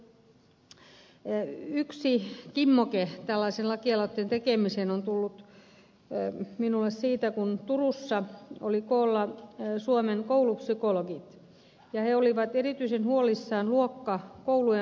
yksi kimmoke tällaisen lakialoitteen tekemiseen on tullut minulle siitä kun turussa olivat koolla suomen koulupsykologit ja he olivat erityisen huolissaan koulujen luokkakoosta